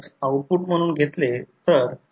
तर या भागांना आयडियल ट्रान्सफॉर्मर म्हणतात